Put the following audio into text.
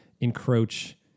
encroach